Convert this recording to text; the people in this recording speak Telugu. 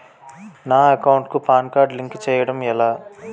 నా అకౌంట్ కు పాన్ కార్డ్ లింక్ చేయడం ఎలా?